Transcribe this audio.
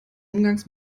umgangs